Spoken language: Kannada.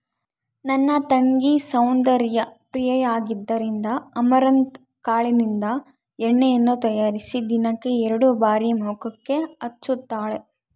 ನನ್ನ ತಂಗಿ ಸೌಂದರ್ಯ ಪ್ರಿಯೆಯಾದ್ದರಿಂದ ಅಮರಂತ್ ಕಾಳಿನಿಂದ ಎಣ್ಣೆಯನ್ನು ತಯಾರಿಸಿ ದಿನಕ್ಕೆ ಎರಡು ಬಾರಿ ಮುಖಕ್ಕೆ ಹಚ್ಚುತ್ತಾಳೆ